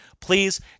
please